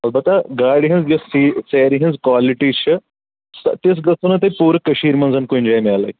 البتہ گاڑِ ہٕنٛز یۄس سی سیرِ ہِنٛز کالٹی چھِ تِژھ گٔژھوٕ نہٕ تۄہہِ پوٗرٕ کٔشیٖرِ منٛز کُنہِ جایہِ مِلٕنۍ